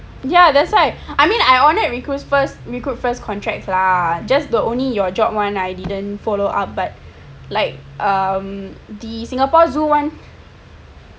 ya that's why I mean I wanted recruit first recruit first contract lah just the only your job [one] I didn't follow up but like um the singapore zoo [one]